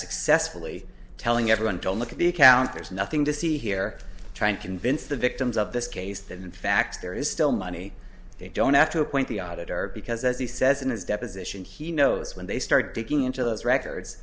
successfully telling everyone to look at the account there's nothing to see here trying to convince the victims of this case that in fact there is still money they don't have to appoint the auditor because as he says in his deposition he knows when they start digging into those records